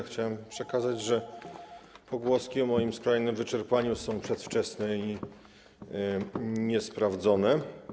Chciałbym przekazać, że pogłoski o moim skrajnym wyczerpaniu są przedwczesne i niesprawdzone.